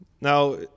now